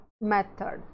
method